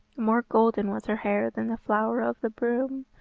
more golden was her hair than the flower of the broom,